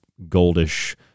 goldish